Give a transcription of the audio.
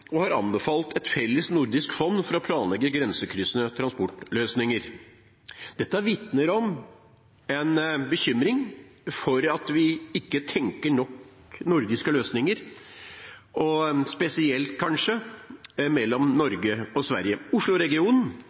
Norden og anbefalt et felles nordisk fond for å planlegge grensekryssende transportløsninger. Dette vitner om en bekymring for at vi ikke tenker nok nordiske løsninger, kanskje spesielt mellom Norge og Sverige.